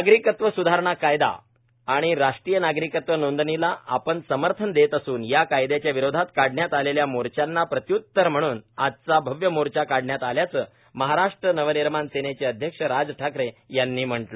नागरिक्तव सुधारणा कायदा आणि राष्ट्रीय नागरिकत्व नोंदणीला आपण समर्थन देत असून या कायद्यांच्या विरोधात काढण्यात आलेल्या मोच्यांना प्रत्य्तर म्हणून आजचा अव्य मोर्चा काढण्यात आल्याचं महाराष्ट्र नवनिर्माण सेनेचे अध्यक्ष राज ठाकरे यांनी म्हटलं